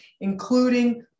including